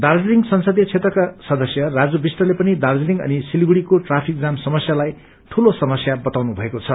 दार्जीलिङ संसदीय क्षेत्रका सदस्य राजु विष्टले पनि दार्जीलिङ अनि सिलगढ़ीको ट्राफिक जाम समस्यालाई ठूलो समस्या बताउनु भएको छ